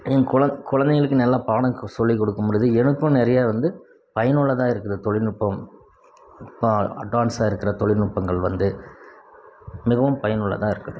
குழந்தைங்களுக்கு நல்ல பாடம் சொல்லி கொடுக்க முடியுது எனக்கும் நிறைய வந்து பயனுள்ளதாக இருக்குது தொழில் நுட்பம் இப்போ அட்வான்சாயிருக்குற தொழில் நுட்பம் வந்து மிகவும் பயனுள்ளதாக இருக்குதுங்க